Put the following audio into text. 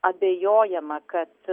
abejojama kad